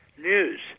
news